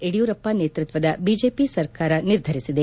ಯಡಿಯೂರಪ್ಪ ನೇತೃತ್ವದ ಬಿಜೆಪಿ ಸರ್ಕಾರ ನಿರ್ಧರಿಸಿದೆ